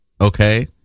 Okay